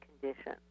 condition